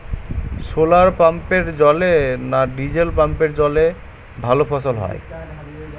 শোলার পাম্পের জলে না ডিজেল পাম্পের জলে ভালো ফসল হয়?